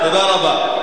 לא לומדים,